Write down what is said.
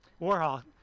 Warhol